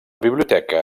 biblioteca